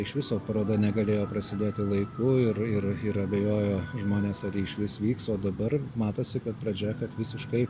iš viso paroda negalėjo prasidėti laiku ir ir ir abejojo žmonės ar ji iš vis vyks o dabar matosi kad pradžia kad visiškai